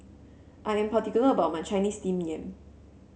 I am particular about my Chinese Steamed Yam